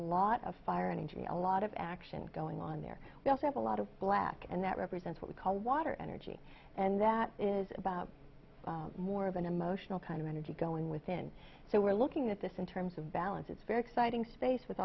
lot of fire and to me a lot of action going on there we also have a lot of black and that represents what we call water energy and that is about more of an emotional kind of energy going within so we're looking at this in terms of balance it's very exciting space with